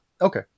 Okay